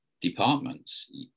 departments